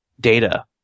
data